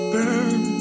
Burn